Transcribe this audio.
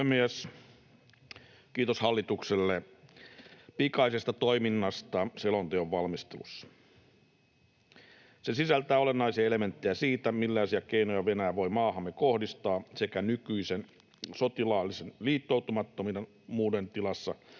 Kiitos hallitukselle pikaisesta toiminnasta selonteon valmistelussa. Se sisältää olennaisia elementtejä siitä, millaisia keinoja Venäjä voi maahamme kohdistaa sekä nykyisen sotilaallisen liittoutumattomuuden tilassa